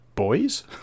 boys